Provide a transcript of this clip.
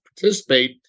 participate